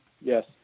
yes